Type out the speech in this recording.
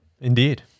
Indeed